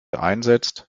einsetzt